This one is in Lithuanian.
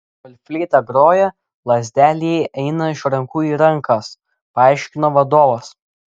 kol fleita groja lazdelė eina iš rankų į rankas paaiškino vadovas